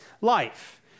life